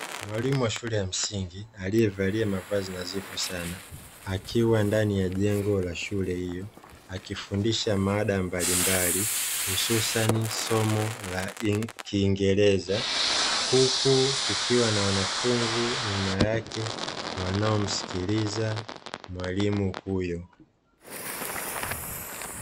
Mwalimu wa shule ya msingi aliyevalia mavazi nadhifu sana, akiwa ndani ya jengo la shule hiyo akifundisha mada mbalimbali hususani somo la kiingereza, huku kukiwa na wanafunzi nyuma yake wanaomsikiliza mwalimu huyo.